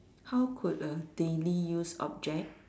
how could a daily use object